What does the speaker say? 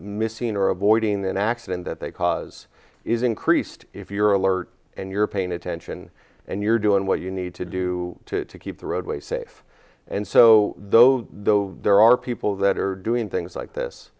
missing or avoiding an accident that they cause is increased if you're alert and you're paying attention and you're doing what you need to do to keep the roadway safe and so those though there are people that are doing things like this